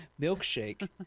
milkshake